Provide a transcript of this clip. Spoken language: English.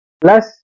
Plus